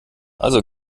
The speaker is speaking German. also